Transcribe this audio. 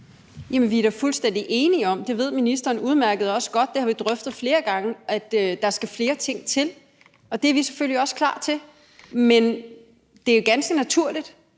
Vi er da fuldstændig enige om, og det ved ministeren også udmærket godt, og det har vi drøftet flere gange, at der skal flere ting til, og det er vi selvfølgelig også klar til. Men når man ansætter